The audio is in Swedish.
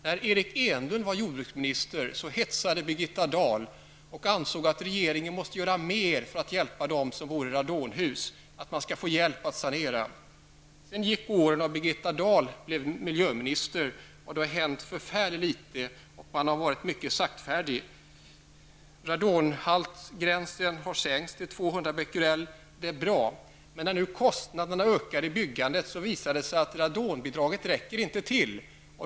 När Eric Dahl och ansåg att regeringen måste göra mer för att hjälpa dem som bodde i radonhus. Man skulle få hjälp att sanera. Sedan gick åren och Birgitta Dahl blev miljöminister. Det har hänt förfärligt litet under den tiden, och man har varit saktfärdig. Gränsen för radonhalten har sänkts till 200 becquerel. Det är bra. Men när nu kostnaderna i byggandet ökar visar det sig att radonbidraget inte räcker till.